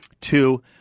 Two